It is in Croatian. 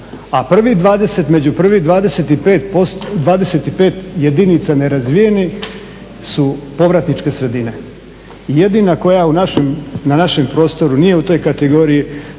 A među prvih 25 jedinica nerazvijenih su povratničke sredine. Jedina koja na našem prostoru nije u toj kategoriji